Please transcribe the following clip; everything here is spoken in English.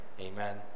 Amen